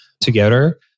together